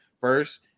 First